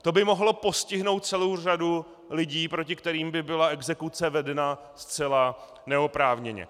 To by mohlo postihnout celou řadu lidí, proti kterým by byla exekuce vedena zcela neoprávněně.